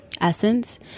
essence